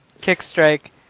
kick-strike